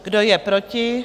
Kdo je proti?